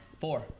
Four